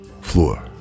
floor